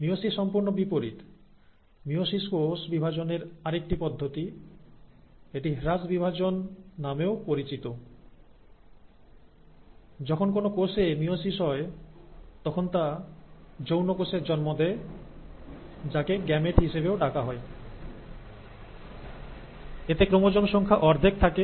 meiosis সম্পূর্ণ বিপরীত meiosis কোষ বিভাজনের আরেকটি পদ্ধতি এটি হ্রাস বিভাজন বিভাজন নামেও পরিচিত যখন কোন কোষে মায়োসিস হয় তখন তা যৌন কোষের জন্ম দেয় যাকে গ্যামেট হিসেবেও ডাকা হয় এতে ক্রোমোজোম সংখ্যা অর্ধেক থাকে